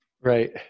Right